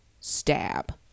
stab